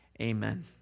amen